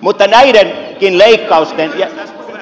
mutta näidenkin leikkausten